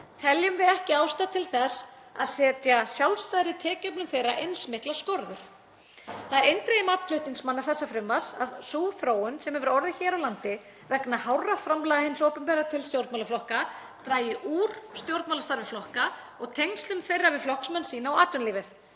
teljum við ekki ástæðu til þess að setja sjálfstæðri tekjuöflun eins miklar skorður. Það er eindregið mat flutningsmanna þessa frumvarps að sú þróun sem hefur orðið hér á landi vegna hárra framlag hins opinbera til stjórnmálaflokka dragi úr stjórnmálastarfi flokka og tengslum þeirra við flokksmenn sína og við